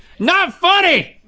not funny,